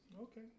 Okay